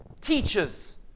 teachers